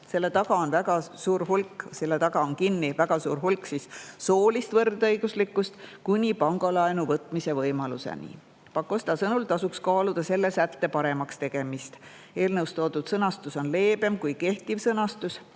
tagama lasteaiakoha. Selle taga on kinni väga suur hulk soolist võrdõiguslikkust kuni pangalaenu võtmise võimaluseni. Pakosta sõnul tasuks kaaluda selle sätte paremaks tegemist. Eelnõus toodud sõnastus on leebem kui kehtiv sõnastus.